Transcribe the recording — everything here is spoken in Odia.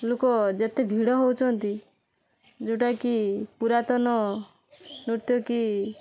ଲୋକ ଯେତେ ଭିଡ଼ ହଉଛନ୍ତି ଯେଉଁଟାକି ପୁରାତନ ନୃତ୍ୟ କି